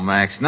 Max